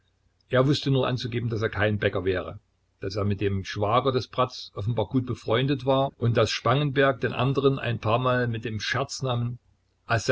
er wußte nur anzugeben daß er kein bäcker wäre daß er mit dem schwager des bratz offenbar gut befreundet war und daß spangenberg den anderen ein paarmal mit dem